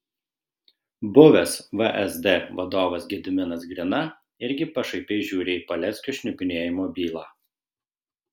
buvęs vsd vadovas gediminas grina irgi pašaipiai žiūri į paleckio šnipinėjimo bylą